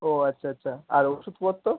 ও আচ্ছা আচ্ছা আর ওষুধপত্র